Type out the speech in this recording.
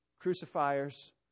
crucifiers